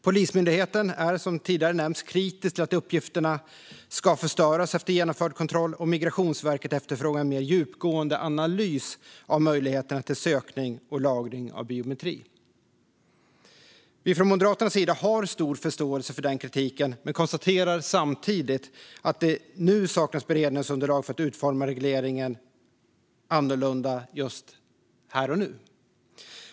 Polismyndigheten är, som tidigare nämnts, kritisk till att uppgifterna ska förstöras efter genomförd kontroll, och Migrationsverket efterfrågar en mer djupgående analys av möjligheterna till sökning och lagring av biometri. Vi har från Moderaternas sida stor förståelse för den kritiken men konstaterar samtidigt att det nu saknas beredningsunderlag för att utforma regleringen annorlunda just här och nu.